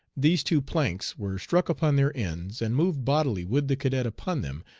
these two planks were struck upon their ends, and moved bodily, with the cadet upon them,